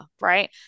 right